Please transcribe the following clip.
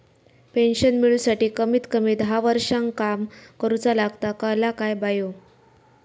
Pension मिळूसाठी कमीत कमी दहा वर्षां काम करुचा लागता, कळला काय बायो?